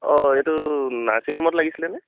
অঁ এইটো নাৰ্চিং হোমত লাগিছেনে